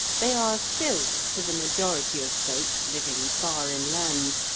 they are still, to the majority of folk living far inland,